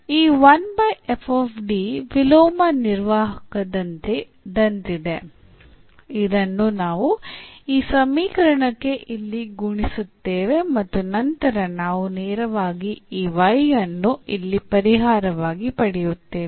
ಈ ವಿಲೋಮ ನಿರ್ವಾಹಕದಂತಿದೆ ಅದನ್ನು ನಾವು ಈ ಸಮೀಕರಣಕ್ಕೆ ಇಲ್ಲಿ ಗುಣಿಸುತ್ತೇವೆ ಮತ್ತು ನಂತರ ನಾವು ನೇರವಾಗಿ ಈ y ಅನ್ನು ಇಲ್ಲಿ ಪರಿಹಾರವಾಗಿ ಪಡೆಯುತ್ತೇವೆ